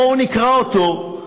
בואו נקרא אותו,